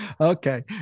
Okay